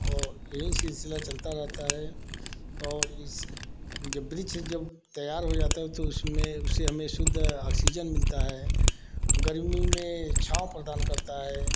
और यही सिलसिला चलता रहता है और इस जो वृक्ष जब तैयार हो जाता है तो उसमें उसे हमें शुद्ध ऑक्सीजन मिलता है गर्मी मे छांव प्रदान करता है